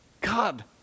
God